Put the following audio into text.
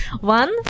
One